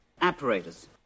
Apparatus